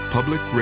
Public